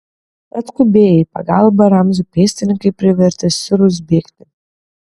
atskubėję į pagalbą ramzio pėstininkai privertė sirus bėgti